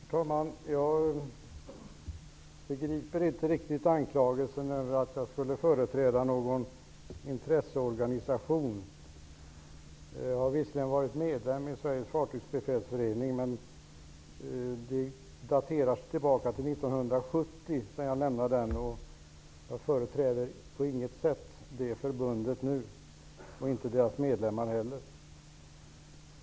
Herr talman! Jag begriper inte riktigt anklagelserna om att jag skulle företräda någon intresseorganisation. Jag har visserligen varit medlem i Sveriges fartygsbefälsförening, men jag lämnade den 1970. Jag företräder inte det förbundet eller dess medlemmar på något sätt.